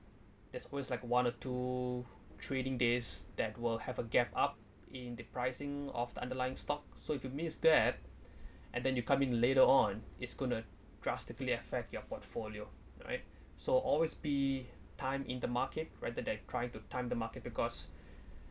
there's always like one or two trading days that will have a gap up in the pricing of the underlying stocks so if you miss that and then you come in later on it's gonna drastically affect your portfolio right so always be time in the market rather than trying to time the market because